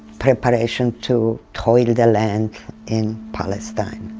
preparation to toil the land in palestine.